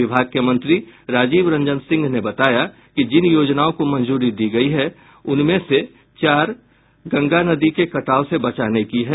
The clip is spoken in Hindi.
विभाग के मंत्री राजीव रंजन सिंह ने बताया कि जिन योजनाओं को मंजूरी दी गयी है उनमें चार गंगा नदी के कटाव से बचाने की है